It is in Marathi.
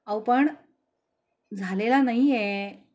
अव पण झालेला नाही आहे